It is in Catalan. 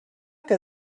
que